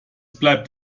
bleibt